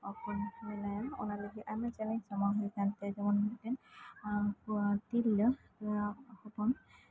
ᱚᱠᱚᱭ ᱢᱮᱱᱟᱭᱟ ᱚᱱᱟ ᱞᱟᱹᱜᱤᱫ ᱟᱭᱢᱟ ᱪᱮᱞᱮᱧᱡ ᱥᱟᱢᱟᱝ ᱞᱤᱫᱟᱹᱧ ᱚᱱᱟ ᱞᱟ ᱜᱤᱫ ᱛᱤᱨᱞᱟᱹ ᱦᱚᱯᱚᱱ